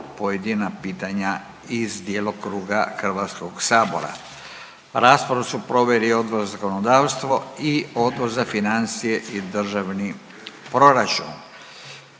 pojedina pitanja iz djelokruga Hrvatskog sabora. Raspravu su proveli Odbor za zakonodavstvo i Odbor za financije i državni proračun.